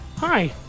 Hi